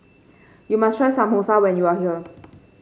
you must try Samosa when you are here